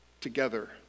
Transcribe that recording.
Together